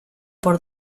por